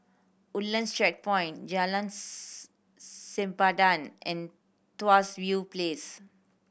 Woodlands Checkpoint Jalan's Sempadan and Tuas View Place